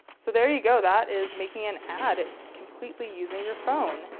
so there you go. that is making an ad completely using your phone.